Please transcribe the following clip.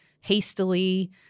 hastily